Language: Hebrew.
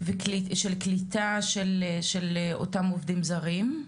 ושל קליטה של אותם עובדים זרים.